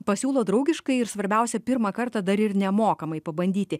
pasiūlo draugiškai ir svarbiausia pirmą kartą dar ir nemokamai pabandyti